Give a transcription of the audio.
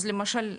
אז למשל,